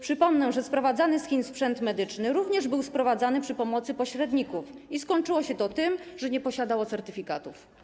Przypomnę, że sprowadzany z Chin sprzęt medyczny również był sprowadzany przy pomocy pośredników i skończyło się to tym, że nie posiadał on certyfikatów.